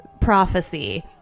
prophecy